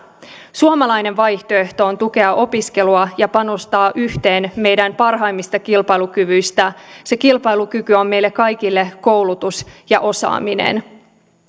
suomalainen vaihtoehto on tukea opiskelua ja panostaa yhteen meidän parhaimmista kilpailukyvyistä se kilpailukyky on meille kaikille koulutus ja osaaminen